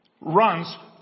runs